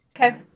Okay